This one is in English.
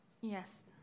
Yes